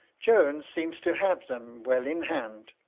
jones seems to have them well in hand.